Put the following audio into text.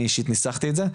אני אישית ניסחתי את זה,